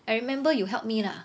I remember you help me lah